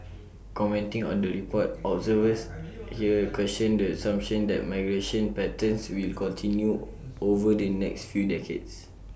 commenting on the report observers here questioned the assumption that migration patterns will continue over the next few decades